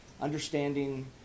Understanding